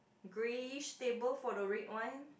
greyish table for the red wine